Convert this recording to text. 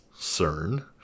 cern